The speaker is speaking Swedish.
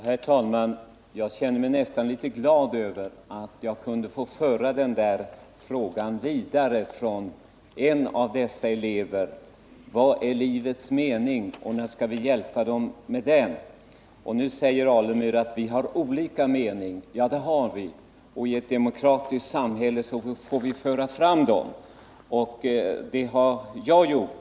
Herr talman! Jag känner mig nästan litet glad över att jag kunde föra vidare frågan från en av dessa elever om vad som är livets mening och vad vi skall göra för att hjälpa dem med den. Stig Alemyr säger att vi har olika meningar. Ja, det har vi. Och i ett demokratiskt samhälle får vi föra fram dem. Det har jag gjort.